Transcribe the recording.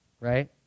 right